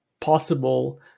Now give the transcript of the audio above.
possible